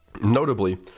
Notably